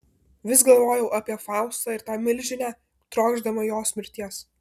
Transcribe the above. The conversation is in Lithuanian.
vis galvojau apie faustą ir tą milžinę trokšdama jos mirties